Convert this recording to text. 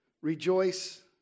rejoice